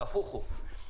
הפוך הוא.